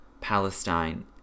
Palestine